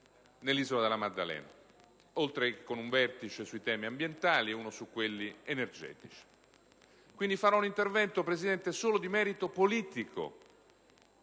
nell'isola della Maddalena, oltre che con un vertice sui temi ambientali e con uno sui temi energetici. Quindi, farò un intervento solo di merito politico,